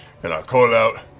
and i call out,